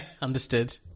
Understood